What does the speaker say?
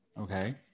Okay